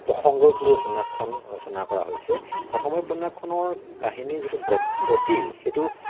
প্ৰসঙ্গক লৈ উপন্যাসখন ৰচনা কৰা হৈছে প্ৰথমেই উপন্যাসখনৰ কাহিনী যিটো গত গতি সেইটো